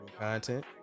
content